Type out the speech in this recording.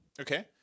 Okay